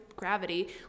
gravity